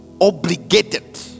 obligated